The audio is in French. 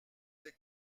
des